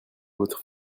votre